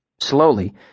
Slowly